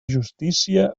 justícia